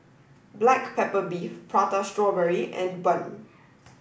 Black Pepper Beef Prata Strawberry and Bun